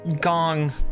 gong